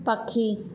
पखी